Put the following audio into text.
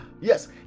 Yes